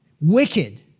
wicked